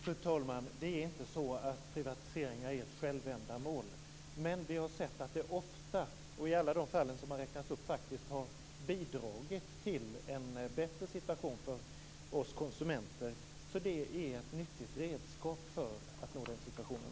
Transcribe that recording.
Fru talman! Nej, det är inte så att privatiseringar är ett självändamål. Men vi har sett att de ofta, och i alla de fall som har räknats upp, faktiskt har bidragit till en bättre situation för oss konsumenter. Så det är ett viktigt redskap för att nå den situationen.